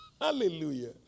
Hallelujah